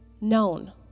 known